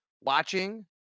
watching